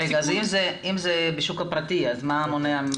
אם זה בשוק הפרטי אז מה מונע מ